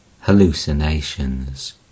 hallucinations